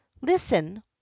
Listen